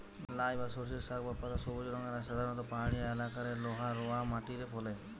লাই বা সর্ষের শাক বা পাতা সবুজ রঙের আর সাধারণত পাহাড়িয়া এলাকারে লহা রওয়া মাটিরে ফলে